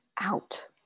out